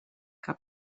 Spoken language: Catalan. cap